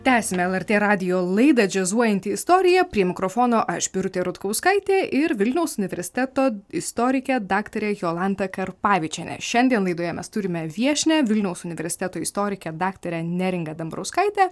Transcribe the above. tęsiame lrt radijo laida džiazuojanti istorija prie mikrofono aš birutė rutkauskaitė ir vilniaus universiteto istorikė daktarė jolanta karpavičienė šiandien laidoje mes turime viešnią vilniaus universiteto istorikę daktarę neringą dambrauskaitę